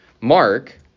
Mark